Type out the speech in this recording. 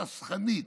חסכנית,